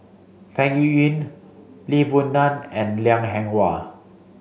Peng Yuyun Lee Boon Ngan and Liang Eng Hwa